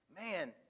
man